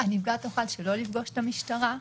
הנפגעת תוכל שלא לפגוש את המשטרה?